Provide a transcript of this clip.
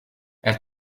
elle